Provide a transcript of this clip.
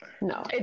No